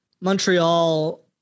Montreal